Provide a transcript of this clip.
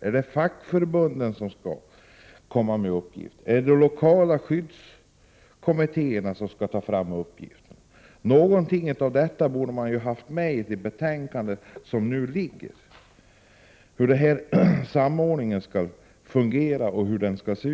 Är det fackförbunden som skall komma med uppgifter eller är det de lokala skyddskommittéerna som skall ta fram uppgifterna? Någonting borde man ha sagt om samordningen i det betänkande som nu behandlas.